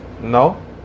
no